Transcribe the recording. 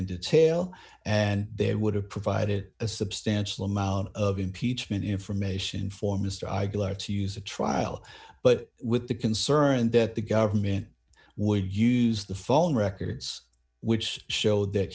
detail and there would have provided a substantial amount of impeachment information for mr i glad to use the trial but with the concern that the government would use the phone records which show that